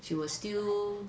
she will still